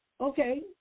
Okay